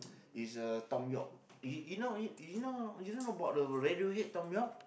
is uh Thom-Yorke you you know you know you know about the Radiohead Thom-Yorke